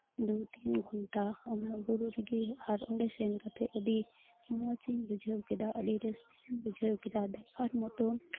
ᱫᱩ ᱛᱤᱱ ᱜᱷᱚᱱᱴᱟ ᱚᱱᱟ ᱵᱩᱨᱩ ᱨᱮᱜᱮ ᱟᱨ ᱚᱸᱰᱮ ᱥᱮᱱ ᱠᱟᱛᱮᱜ ᱟᱹᱰᱤ ᱢᱚᱡᱽ ᱤᱧ ᱵᱩᱡᱷᱟᱹᱣ ᱠᱮᱫᱟ ᱟᱹᱰᱤ ᱨᱟᱹᱥᱠᱟᱹ ᱤᱧ ᱵᱩᱡᱷᱟᱹᱣ ᱠᱮᱫᱟ ᱫᱮᱠᱷᱟᱨ ᱢᱚᱛᱳ